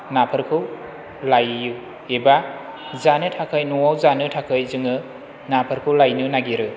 नाफोरखौ लाइयो एबा जानो थाखाय न'आव जानो थाखै जोङो नाफोरखौ लायनो नागिरो